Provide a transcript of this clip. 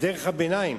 את דרך הביניים,